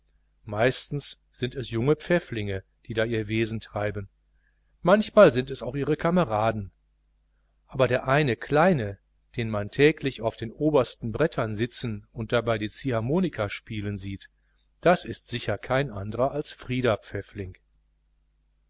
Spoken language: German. meistens sind es junge pfäfflinge die da ihr wesen treiben manchmal sind es auch ihre kameraden aber der eine kleine den man täglich auf den obersten brettern sitzen und dabei die ziehharmonika spielen sieht das ist sicher kein anderer als frieder pfäffling